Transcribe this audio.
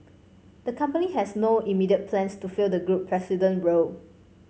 the company has no immediate plans to fill the group president role